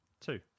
two